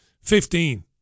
Fifteen